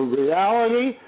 reality